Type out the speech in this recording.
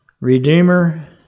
Redeemer